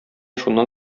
шуннан